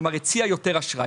כלומר, הציע יותר אשראי.